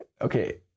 okay